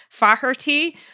Faherty